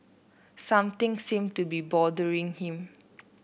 something seem to be bothering him